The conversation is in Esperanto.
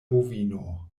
bovino